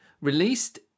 released